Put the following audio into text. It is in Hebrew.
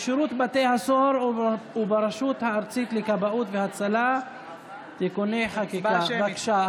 בשירות בתי הסוהר וברשות הארצית לכבאות והצלה (תיקוני חקיקה),